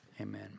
Amen